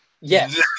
Yes